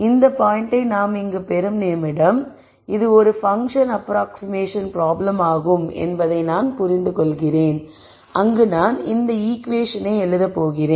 இந்த பாய்ண்டை நாம் இங்கு பெறும் நிமிடம் இது ஒரு பங்க்ஷன் அப்ராக்ஸிமேஷன் ப்ராப்ளம் ஆகும் என்பதை நான் புரிந்து கொள்கிறேன் அங்கு நான் இந்த ஈகுவேஷனை எழுதப் போகிறேன்